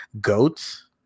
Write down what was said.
goats